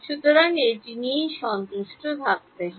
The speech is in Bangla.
সুতরাং এই সন্তুষ্ট হতে হবে